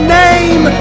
name